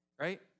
right